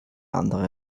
andere